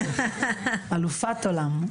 אלופת עולם.